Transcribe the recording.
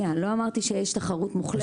לא אמרתי שיש תחרות מוחלטת.